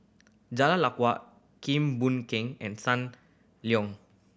Jalan Kim Boon Keng and Sun Leong